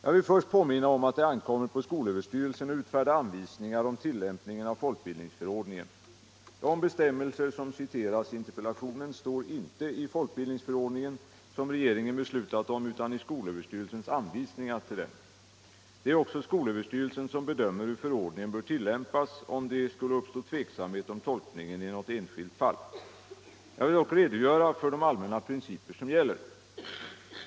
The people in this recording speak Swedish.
Jag vill först påminna om att det ankommer på skolöverstyrelsen att utfärda anvisningar om tillämpningen av folkbildningsförordningen. De bestämmelser som citeras i interpellationen står inte i folkbildningsförordningen, som regeringen beslutar om, utan i skolöverstyrelsens anvisningar till den. Det är också skolöverstyrelsen som bedömer hur förordningen bör tillämpas, om det skulle uppstå tveksamhet om tolkningen i något enskilt fall. Jag vill dock redogöra för de allmänna principer som gäller.